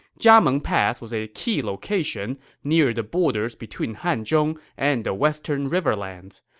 jiameng pass was a key location near the borders between hanzhong and the western riverlands.